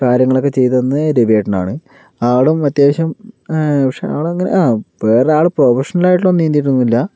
കാര്യങ്ങളൊക്കെ ചെയ്തു തന്നത് രവിയേട്ടൻ ആണ് ആളും അത്യാവശ്യം പക്ഷെ ആള് അങ്ങനെ ആ വേറെ ആള് പ്രൊഫഷണൽ ആയിട്ട് ഒന്നും നീന്തിയിട്ട് ഒന്നുമില്ല